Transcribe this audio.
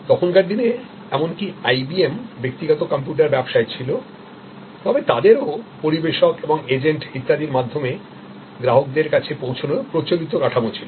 তখনকার দিনে এমনকি আইবিএম ব্যক্তিগত কম্পিউটার ব্যবসায় ছিল তবে তাদেরও পরিবেশক এবং এজেন্ট ইত্যাদির মাধ্যমে গ্রাহকের কাছে পৌঁছানোর প্রচলিত কাঠামো ছিল